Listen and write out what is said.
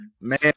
Man